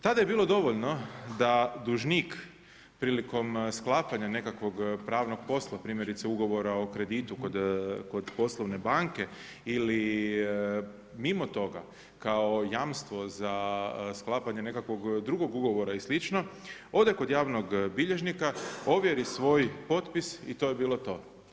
Tada je bilo dovoljno da dužnik prilikom sklapanja nekakvog pravnog posla, primjerice ugovora o kreditu kod poslovne banke ili mimo toga kao jamstvo za sklapanje nekakvog ugovora i slično, ode kod javnog bilježnika, ovjeri svoj potpis i to bi bilo to.